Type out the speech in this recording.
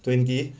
twenty